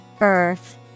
Earth